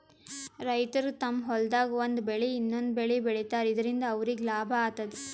ರೈತರ್ ತಮ್ಮ್ ಹೊಲ್ದಾಗ್ ಒಂದ್ ಬೆಳಿ ಇನ್ನೊಂದ್ ಬೆಳಿ ಬೆಳಿತಾರ್ ಇದರಿಂದ ಅವ್ರಿಗ್ ಲಾಭ ಆತದ್